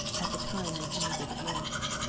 at the time when he needed it most.